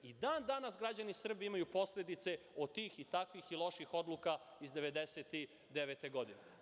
I dan danas građani Srbije imaju posledice od tih i takvih loših odluka iz 1999. godine.